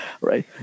right